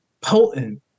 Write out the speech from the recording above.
potent